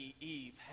Eve